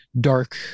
dark